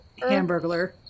Hamburglar